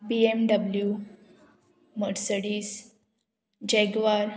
BMW Mercedes jaguar